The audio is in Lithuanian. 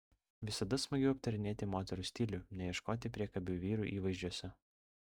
visada smagiau aptarinėti moterų stilių nei ieškoti priekabių vyrų įvaizdžiuose